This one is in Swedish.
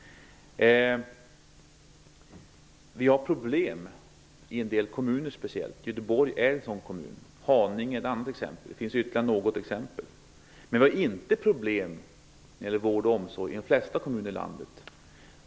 Vi har problem i en del kommuner. Göteborg är en sådan kommun. Haninge är ett annat exempel, och det finns ytterligare något. Men vi har inte problem när det gäller vård och omsorg i de flesta kommuner i landet.